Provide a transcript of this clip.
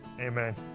Amen